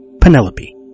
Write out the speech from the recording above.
Penelope